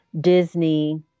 Disney